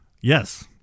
Yes